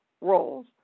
roles